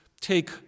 take